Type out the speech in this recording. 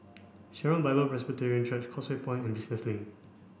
Sharon Bible Presbyterian Church Causeway Point and Business Link